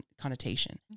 connotation